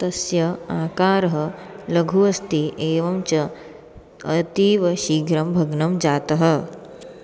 तस्य आकारः लघु अस्ति एवञ्च अतीवशीघ्रं भग्नः जातः